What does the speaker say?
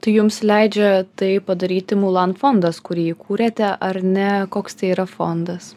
tai jums leidžia tai padaryti mulan fondas kurį įkūrėte ar ne koks tai yra fondas